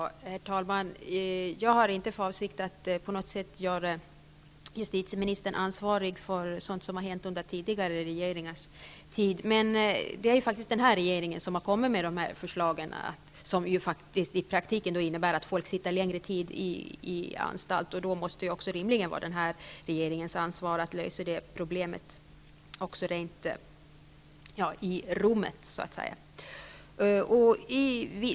Herr talman! Jag har inte för avsikt att på något sätt göra justitieministern ansvarig för sådant som hänt under tidigare regeringars tid. Men det är ju faktiskt den här regeringen som har kommit med de förslag som i praktiken innebär att folk sitter längre tid på anstalt, och då måste det ju rimligen vara den här regeringens ansvar att också lösa ''rumsproblemet''.